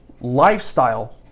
lifestyle